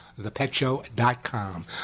thepetshow.com